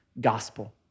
gospel